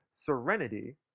serenity